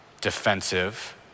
defensive